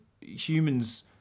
humans